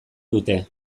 dute